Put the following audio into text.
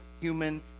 human